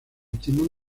timón